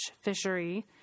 fishery